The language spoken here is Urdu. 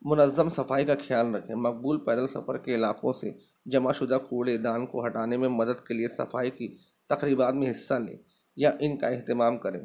منظم صفائی کا خیال رکھیں مقبول پیدل سفر کے علاقوں سے جمع شدہ کوڑے دان کو ہٹانے میں مدد کے لیے صفائی کی تقریبات میں حصہ لیں یا ان کا اہتمام کریں